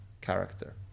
character